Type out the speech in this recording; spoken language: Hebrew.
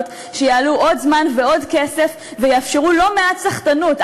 שיעלו עוד זמן ועוד כסף ויאפשרו לא מעט סחטנות,